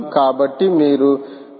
కాబట్టి మీరు పికా తీసుకోవచ్చు